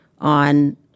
on